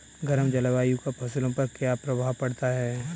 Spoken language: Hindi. गर्म जलवायु का फसलों पर क्या प्रभाव पड़ता है?